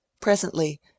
presently